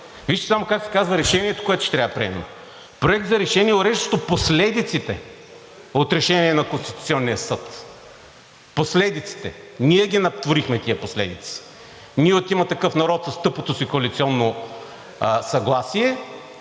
Вижте само как се казва Решението, което ще трябва да приемем! Проект за решение, уреждащо последиците от решение на Конституционния съд“. Последиците! Ние ги натворихме тези последици – ние от „Има такъв народ“ с тъпото си коалиционно съгласие